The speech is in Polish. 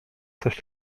coś